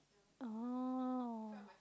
oh